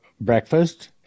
breakfast